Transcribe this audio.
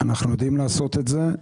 אנחנו יודעים לעשות את זה,